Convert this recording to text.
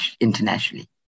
internationally